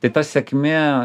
tai ta sėkmė